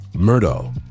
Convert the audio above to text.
Murdo